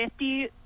50